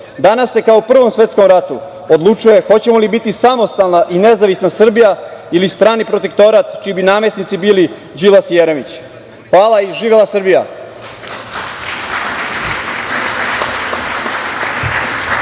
Danas se kao u Prvom svetskom ratu odlučuje hoćemo li biti samostalna i nezavisna Srbija ili strani protektorat čiji bi namesnici bili Đilas i Jeremić. Hvala. Živela Srbija!